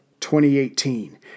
2018